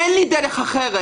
אין לי דרך אחרת.